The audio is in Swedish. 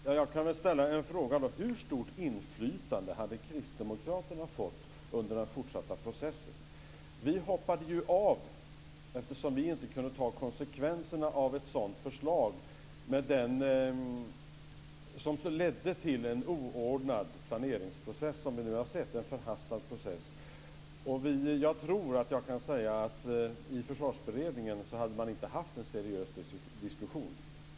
Men hur stort inflytande skulle Kristdemokraterna ha fått under den fortsatta processen? Vi hoppade av eftersom vi inte kunde ta konsekvenserna av ett förslag som skulle leda till den oordnade planeringsprocess, den förhastade process, som vi nu har sett. Jag tror mig kunna säga att man i Försvarsberedningen inte hade haft en seriös diskussion.